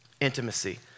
Intimacy